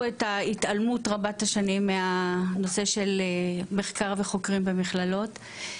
את ההתעלמות רבת-השנים מנושא מחקר וחוקרים במכללות.